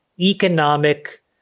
economic